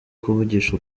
kuvugisha